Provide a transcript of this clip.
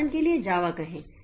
उदाहरण के लिए जावा कहें